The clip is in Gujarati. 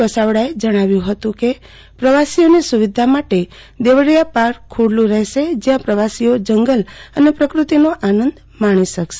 વસાવડા એ જણાવ્યું હતું કે પ્રવાસીઓની સુવિધા માટે દેવલિયા પાર્ક ખુલ્લું રહેશે જયાં પ્રવાસીઓ જંગલ અને પ્રક્રતિ નો આનંદ માણી શકશે